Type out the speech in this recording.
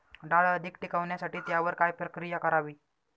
डाळ अधिक टिकवण्यासाठी त्यावर काय प्रक्रिया करावी?